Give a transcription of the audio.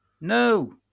no